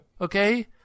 Okay